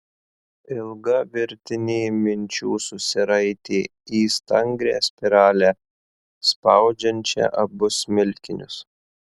ilga virtinė minčių susiraitė į stangrią spiralę spaudžiančią abu smilkinius